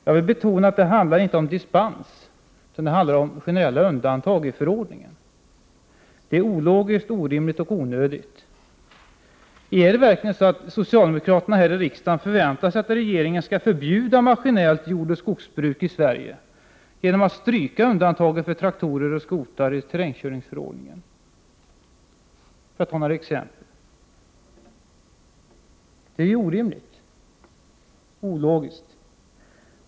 Jag vill betona att det inte handlar om dispenser utan om generella undantag i förordningen. Det är ologiskt, orimligt och onödigt. Är det verkligen så att socialdemokraterna här i riksdagen förväntar sig att regeringen skall förbjuda maskinellt jordoch skogsbruk i Sverige genom att stryka undantaget för traktorer och skotrar i terrängkörningsförordningen, för att nu ta ett exempel? Det är orimligt och ologiskt.